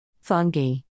Fungi